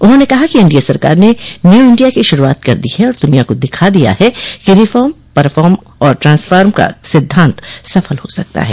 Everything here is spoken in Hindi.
उन्होंने कहा कि एनडीए सरकार ने न्यू इंडिया की शुरूआत कर दी है और द्रनिया को दिखा दिया है कि रिफार्म परफार्म और ट्रांसफार्म का सिद्धांत सफल हो सकता है